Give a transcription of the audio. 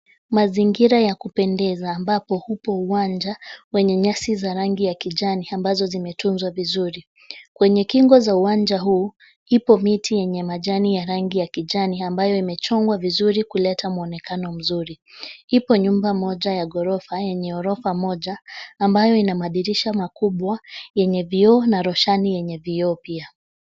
Mazingira ya kupendeza ambapo hupo uwanja wenye nyasi za rangi ya kijani ambazo zimetunzwa vizuri. Kwenye kingo za uwanja huu, ipo miti yenye majani ya rangi ya kijani ambayo imechongwa vizuri kuleta muonekano mzuri. Ipo nyumba moja ya ghorofa yenye ghorofa moja ambayo ina madirisha makubwa yenye vioo na roshani yenye vioo pia.